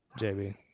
jb